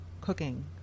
cooking